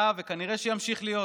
היה וכנראה ימשיך להיות,